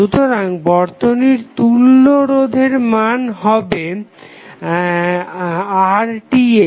সুতরাং বর্তনীর তুল্য রোধের মান হবে RTh